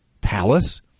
palace